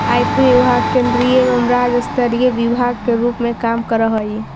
आयकर विभाग केंद्रीय एवं राज्य स्तरीय विभाग के रूप में काम करऽ हई